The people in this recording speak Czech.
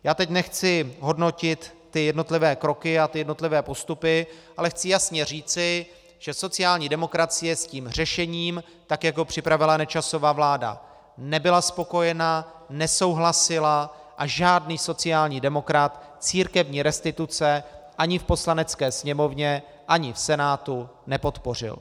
Já teď nechci hodnotit ty jednotlivé kroky a jednotlivé postupy, ale chci jasně říci, že sociální demokracie s tím řešením, tak jak ho připravila Nečasova vláda, nebyla spokojená, nesouhlasila a žádný sociální demokrat církevní restituce ani v Poslanecké sněmovně ani v Senátu nepodpořil.